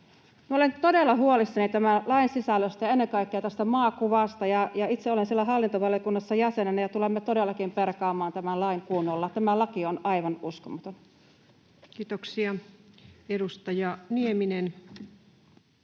olen todella huolissani tämän lain sisällöstä ja ennen kaikkea tästä maakuvasta. Itse olen siellä hallintovaliokunnassa jäsenenä, ja tulemme todellakin perkaamaan tämän lain kunnolla. Tämä laki on aivan uskomaton. [Speech 112] Speaker: